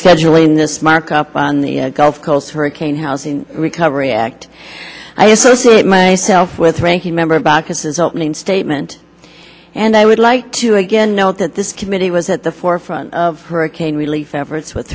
scheduling this markup on the gulf coast hurricane housing recovery act i associate myself with ranking member baucus is opening statement and i would like to again note that this committee was at the forefront of hurricane relief efforts with